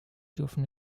dürfen